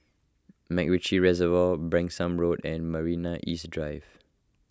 MacRitchie Reservoir Branksome Road and Marina East Drive